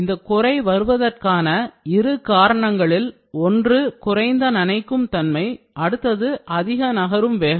இந்த குறை வருவதற்கான இரு காரணங்களில் ஒன்று குறைந்த நனைக்கும் தன்மை அடுத்தது அதிக நகரும் வேகம்